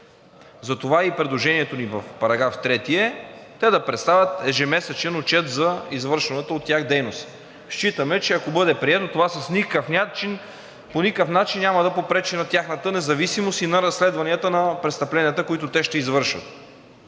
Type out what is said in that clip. Затова и предложението ни в § 3 е те да представят ежемесечен отчет за извършената от тях дейност. Считаме, че ако бъде прието, това по никакъв начин няма да попречи на тяхната независимост и на разследванията на престъпленията, които те ще извършват.